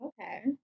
okay